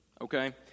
Okay